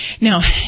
Now